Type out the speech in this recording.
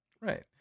Right